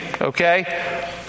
okay